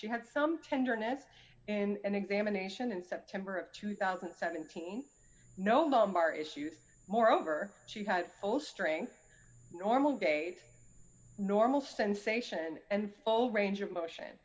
she had some tenderness in an examination in september of two thousand and seventeen noble mar issues moreover she had postering normal date normal sensation and full range of motion